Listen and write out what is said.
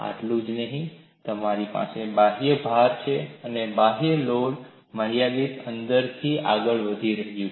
આટલું જ નહીં તમારી પાસે બાહ્ય ભાર છે અને બાહ્ય લોડ મર્યાદિત અંતરથી આગળ વધ્યું છે